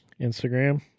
Instagram